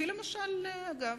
אגב,